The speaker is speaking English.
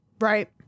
Right